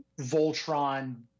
Voltron